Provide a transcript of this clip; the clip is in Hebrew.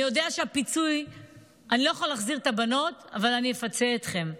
אני לא יכול להחזיר את הבנות, אבל אני אפצה אתכן.